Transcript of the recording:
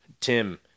tim